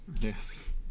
yes